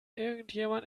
irgendjemand